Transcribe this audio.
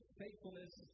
faithfulness